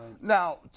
Now